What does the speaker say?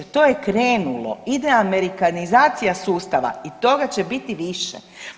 To je krenulo, ide amerikanizacija sustava i toga će biti više.